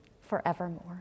forevermore